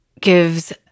gives